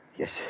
Yes